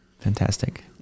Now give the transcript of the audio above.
Fantastic